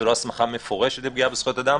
זו לא הסמכה מפורשת לפגיעה בזכויות אדם.